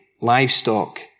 livestock